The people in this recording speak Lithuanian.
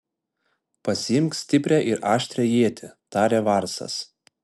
pasiimk stiprią ir aštrią ietį tarė varsas